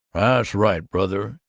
right, brother.